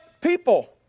people